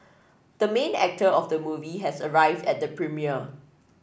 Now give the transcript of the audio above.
the main actor of the movie has arrived at the premiere